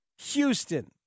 Houston